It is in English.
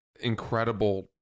incredible